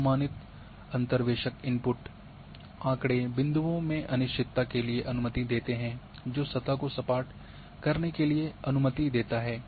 अनुमानित अंतर्वेशक इनपुट आँकड़े बिंदुओं में अनिश्चितता के लिए अनुमति देते हैं जो सतह को सपाट करने के लिए अनुमति देता है